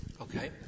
Okay